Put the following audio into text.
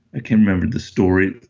i can't remember the story.